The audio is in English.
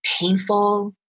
painful